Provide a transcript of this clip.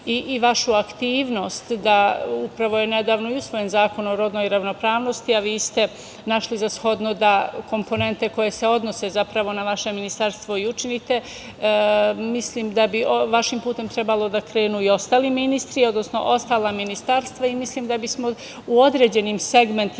i vašu aktivnost. Upravo je nedavno i usvojen Zakon o rodnoj ravnopravnosti, a vi ste našli za shodno da komponente koje se odnose zapravo na vaše ministarstvo i učinite. Mislim da bi vašim putem trebalo da krenu i ostali ministri, odnosno ostala ministarstva. Mislim da bismo u određenim segmentima